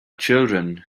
children